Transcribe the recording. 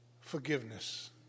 forgiveness